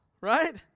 right